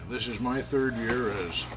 this is my third year i